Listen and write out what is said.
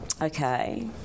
Okay